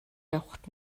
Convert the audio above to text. явахад